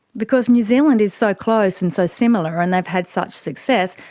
because new zealand is so close and so similar and they've had such success,